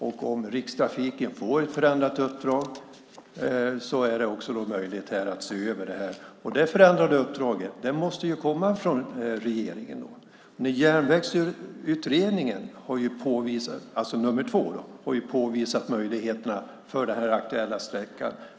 Och om Rikstrafiken får ett förändrat uppdrag är det också möjligt att se över detta. Detta förändrade uppdrag måste komma från regeringen. Järnvägsutredningen 2 har påvisat möjligheterna för den här aktuella sträckan.